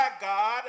God